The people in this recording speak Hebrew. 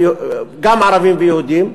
גם ערבים וגם יהודים,